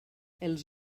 les